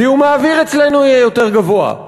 זיהום האוויר אצלנו יהיה יותר גבוה,